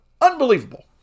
unbelievable